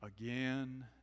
again